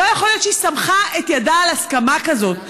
שלא יכול להיות שהיא סמכה את ידה על הסכמה כזאת.